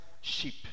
sheep